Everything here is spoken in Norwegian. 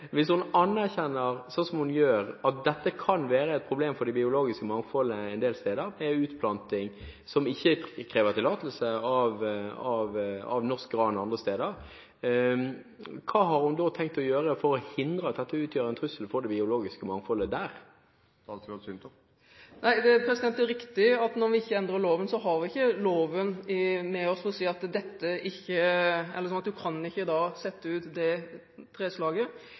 Hvis hun anerkjenner, som hun gjør, at utplanting av norsk gran – som ikke krever tillatelse – kan være et problem for det biologiske mangfoldet en del steder, hva har hun da tenkt å gjøre for å hindre at dette utgjør en trussel mot det biologiske mangfoldet der? Det er riktig at når vi ikke endrer loven, har vi ikke loven med oss til å si at man ikke kan sette ut bestemte treslag. Det